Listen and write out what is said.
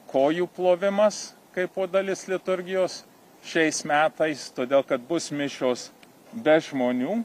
kojų plovimas kaipo dalis liturgijos šiais metais todėl kad bus mišios be žmonių